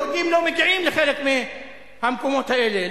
יהודים לא מגיעים לחלק מהמקומות האלה,